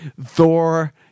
Thor